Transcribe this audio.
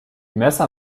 messer